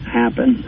happen